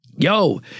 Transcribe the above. Yo